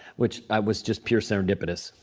which i was just pure serendipitous.